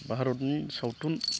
भारतनि सावथुनखौथ'